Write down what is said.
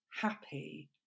Happy